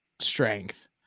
strength